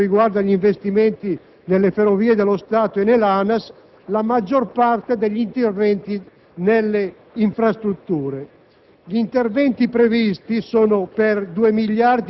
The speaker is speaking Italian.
al Sud, in particolare per quanto riguarda gli investimenti delle Ferrovie dello Stato e dell'ANAS, la maggior parte degli interventi nelle infrastrutture.